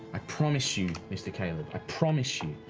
i promise you, mr. caleb, i promise you